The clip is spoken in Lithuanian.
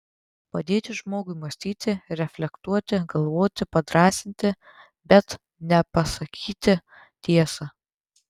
padėti žmogui mąstyti reflektuoti galvoti padrąsinti bet ne pasakyti tiesą